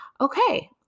okay